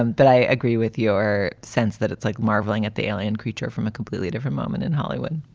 and but i agree with your sense that it's like marveling at the alien creature from a completely different moment in hollywood